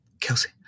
Kelsey